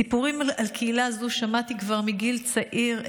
סיפורים על קהילה זו שמעתי כבר מגיל צעיר,